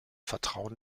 vertrauen